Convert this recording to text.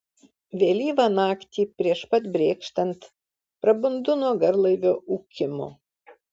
vėlyvą naktį prieš pat brėkštant prabundu nuo garlaivio ūkimo